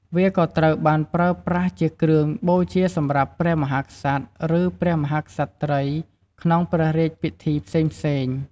វាក៏ត្រូវបានប្រើប្រាស់ជាគ្រឿងបូជាសម្រាប់ ព្រះមហាក្សត្រ ឬ ព្រះមហាក្សត្រី ក្នុងព្រះរាជពិធីផ្សេងៗ។